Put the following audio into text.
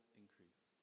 increase